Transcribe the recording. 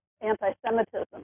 anti-Semitism